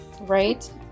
Right